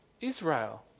Israel